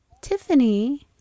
Tiffany